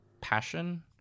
Passion